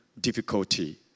difficulty